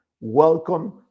welcome